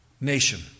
nation